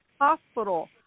hospital